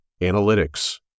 analytics